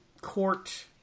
court